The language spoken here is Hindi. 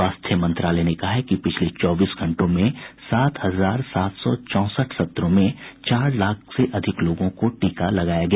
स्वास्थ्य मंत्रालय ने कहा है कि पिछले चौबीस घंटों में सात हजार सात सौ चौंसठ सत्रों में चार लाख से अधिक लोगों को टीका लगाया गया